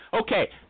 Okay